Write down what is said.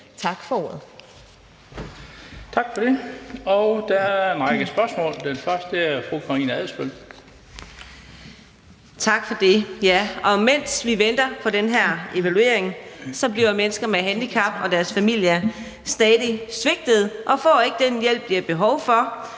Tak for det. Der er en række spørgsmål. Først er det fru Karina Adsbøl. Kl. 18:59 Karina Adsbøl (DF): Tak for det. Mens vi venter på den her evaluering, bliver mennesker med handicap og deres familier stadig svigtet og får ikke den hjælp, de har behov for,